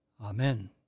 Amen